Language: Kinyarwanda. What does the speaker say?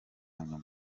nyuma